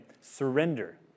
surrender